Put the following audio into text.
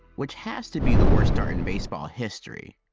which has to be the worst start in baseball history,